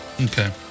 Okay